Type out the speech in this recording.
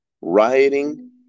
rioting